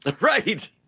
Right